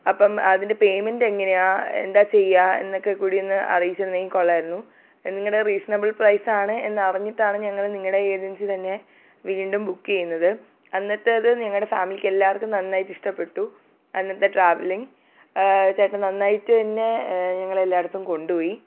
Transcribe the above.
അപ്പം അതിൻറ്റെ പേയ്മെൻറ്റ് എങ്ങനെയാണ് എന്താ ചെയ്യുക എന്നൊക്കെ കൂടി ഒന്ന് അറിയിച്ചിരുന്നെങ്കിൽ കൊള്ളാമായിരുന്നു നിങ്ങളുടെ റീസണബിൾ പ്രൈസാണ് എന്നറിഞ്ഞിട്ടാണ് ഞങ്ങൾ നിങ്ങളുടെ ഏജൻസി തന്നെ വീണ്ടും ബുക്കെയ്യുന്നത് അന്നത്തേത് ഞങ്ങളുടെ ഫാമിലിക്ക് എല്ലാർക്കും നന്നായിട്ട് ഇഷ്ടപ്പെട്ടു അന്നത്തെ ട്രാവലിംഗ് ചേട്ടൻ നന്നായിട്ട് തന്നെ ഞങ്ങളെ എല്ലാ ഇടത്തും കൊണ്ടുപോയി